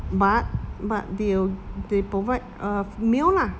but but they'll they provide a meal lah